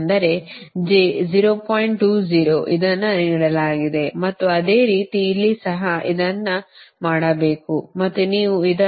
20 ಇದನ್ನು ನೀಡಲಾಗಿದೆ ಮತ್ತು ಅದೇ ರೀತಿ ಇಲ್ಲಿ ಸಹ ಇದನ್ನು ಮಾಡಬೇಕು ಮತ್ತು ಇದು 0